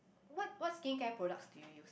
what what skincare products do you use